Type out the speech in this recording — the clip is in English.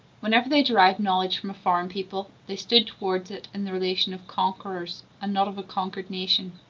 whenever they derive knowledge from a foreign people, they stood towards it in the relation of conquerors, and not of a conquered nation.